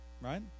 Right